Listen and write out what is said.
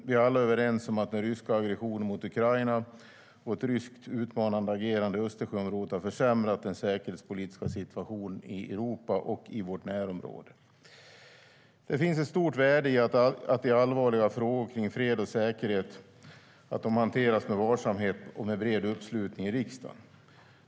Vi är alla överens om att den ryska aggressionen mot Ukraina och ett ryskt utmanande agerande i Östersjöområdet har försämrat den säkerhetspolitiska situationen i Europa och i vårt närområde. Det finns ett stort värde i att allvarliga frågor kring fred och säkerhet hanteras med varsamhet och med bred uppslutning i riksdagen.